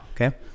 okay